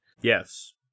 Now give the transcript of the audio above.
Yes